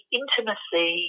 intimacy